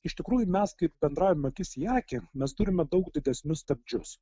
iš tikrųjų mes kaip bendraujam akis į akį mes turime daug didesnius stabdžius